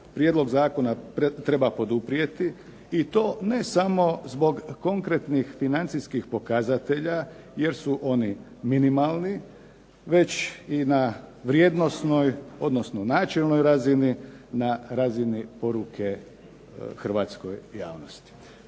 prijedlog zakona treba poduprijeti i to ne samo zbog konkretnih financijskih pokazatelja jer su oni minimalni, već i na vrijednosnoj odnosno načelnoj razini, na razini poruke hrvatskoj javnosti.